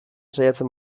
saiatzen